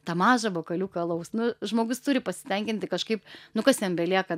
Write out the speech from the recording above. tą mažą bokaliuką alaus nu žmogus turi pasitenkinti kažkaip nu kas jam belieka